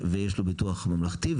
ויש לו ביטוח ממלכתי,